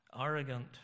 arrogant